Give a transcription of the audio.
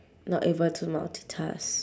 not able to multitask